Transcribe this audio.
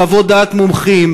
חוות דעת מומחים,